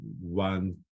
one